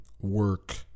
work